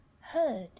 heard